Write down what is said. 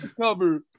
cover